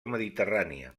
mediterrània